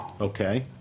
Okay